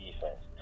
defense